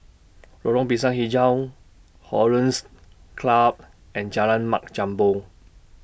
Lorong Pisang Hijau Hollandse Club and Jalan Mat Jambol